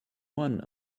one